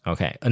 Okay